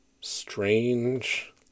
strange